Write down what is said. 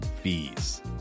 fees